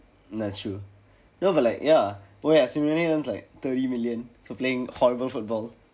no it's true no but like oh ya similarly earns like thirty million for playing horrible football